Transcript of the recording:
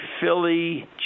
Philly